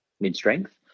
mid-strength